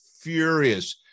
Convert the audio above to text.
furious